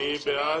מי בעד?